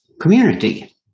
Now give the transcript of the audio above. community